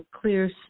clear